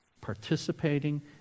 participating